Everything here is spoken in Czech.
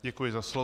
Děkuji za slovo.